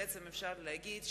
בעצם אפשר להגיד,